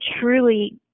truly